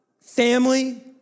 family